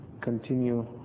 continue